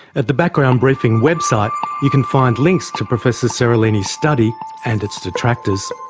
at the background briefing website you can find links to professor seralini's study and its detractors.